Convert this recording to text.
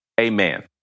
Amen